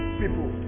people